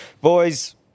Boys